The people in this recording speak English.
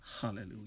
Hallelujah